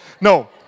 no